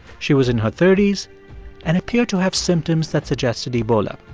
she was in her thirty s and appeared to have symptoms that suggested ebola.